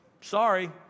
Sorry